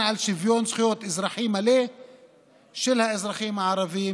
על שוויון זכויות אזרחי מלא של האזרחים הערבים,